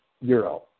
euro